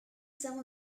some